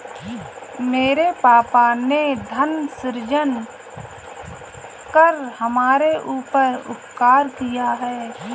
मेरे पापा ने धन सृजन कर हमारे ऊपर उपकार किया है